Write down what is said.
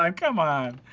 um come on.